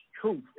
truth